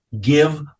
Give